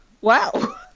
Wow